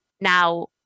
Now